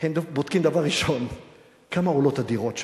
הם בודקים דבר ראשון כמה עולות הדירות שם.